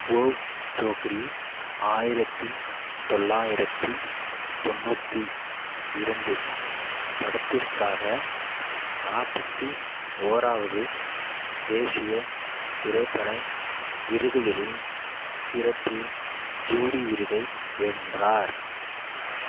வோ சோக்ரி ஆயிரத்தி தொள்ளாயிரத்தி தொண்ணூற்றி இரண்டு படத்திற்காக நாற்பத்தி ஓராவது தேசிய திரைப்பட விருதுகளில் சிறப்பு ஜூரி விருதை வென்றார்